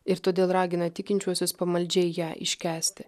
ir todėl ragina tikinčiuosius pamaldžiai ją iškęsti